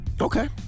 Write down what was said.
Okay